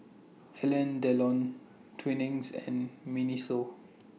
Alain Delon Twinings and Miniso